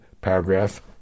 paragraph